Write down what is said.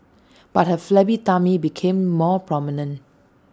but her flabby tummy became more prominent